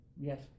Yes